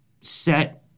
set